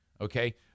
okay